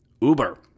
Uber